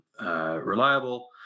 Reliable